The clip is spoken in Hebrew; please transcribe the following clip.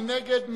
מי נגד?